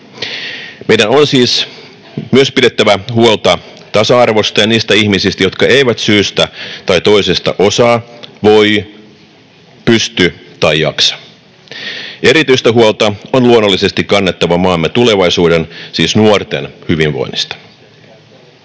Meidän on siis myös pidettävä huolta tasa-arvosta ja niistä ihmisistä, jotka eivät syystä tai toisesta osaa, voi, pysty tai jaksa. Erityistä huolta on luonnollisesti kannettava maamme tulevaisuuden, siis nuorten, hyvinvoinnista.